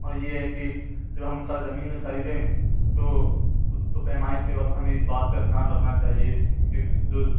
اور یہ ہے کہ جب ہم زمین میں خریدیں تو تو پیمائش کے وقت ہمیں اس بات کا دھیان رکھنا چاہیے کہ جو